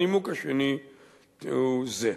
הנימוק השני הוא זה: